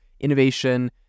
innovation